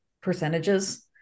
Percentages